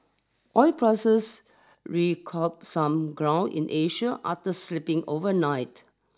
oil prices recouped some ground in Asia after slipping overnight